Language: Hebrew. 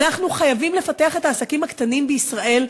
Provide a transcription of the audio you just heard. אנחנו חייבים לפתח את העסקים הקטנים בישראל,